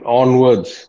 onwards